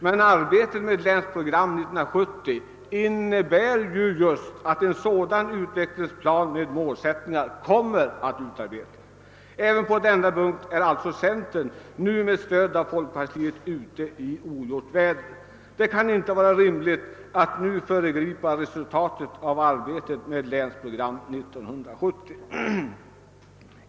Men arbetet med länsprogram 1970 innebär ju just att en sådan utvecklingsplan med målsättning ar kommer att utarbetas. även på denna punkt är alltså centern, nu med stöd av folkpartiet, ute i ogjort väder. Det kan inte vara rimligt att nu föregripa resultatet av arbetet med länsprogram 1970.